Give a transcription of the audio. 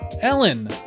Ellen